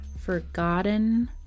forgotten